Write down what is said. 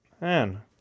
Man